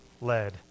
led